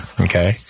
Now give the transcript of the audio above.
okay